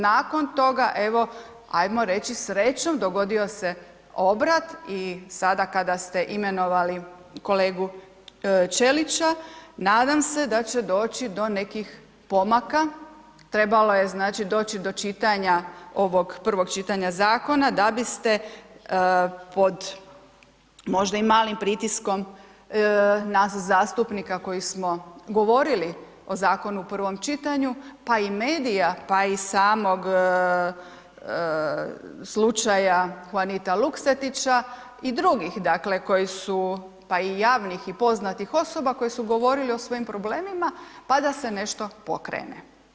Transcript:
Nakon toga, evo, ajmo reći srećom dogodio se obrat i sada kada ste imenovali kolegu Ćelića, nadam se da će doći do nekih pomaka, trebalo je, znači, doći do čitanja, ovog prvog čitanja zakona da biste pod možda i malim pritiskom nas zastupnika koji smo govorili o zakonu u prvom čitanju, pa i medija, pa i samog slučaja Huanita Luksetića i drugih, dakle, koji su, pa i javnih i poznatih osoba koji su govorili o svojim problemima, pa da se nešto pokrene.